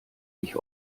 ich